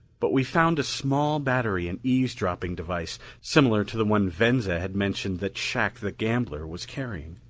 but we found a small battery and eavesdropping device similar to the one venza had mentioned that shac the gambler was carrying.